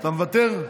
אתה מוותר?